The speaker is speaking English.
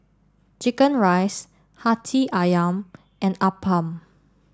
Chicken Rice Hati Ayam and Appam